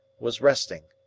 was resting.